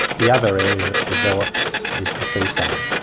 the other area that develops is the seaside.